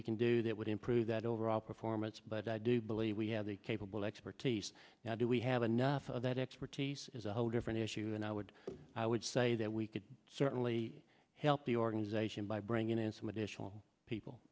we can do that would improve that overall performance but i do believe we have the capable expertise now do we have enough of that expertise is a whole different issue and i would i would say that we could certainly help the organization by bringing in some additional people